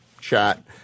chat